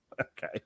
okay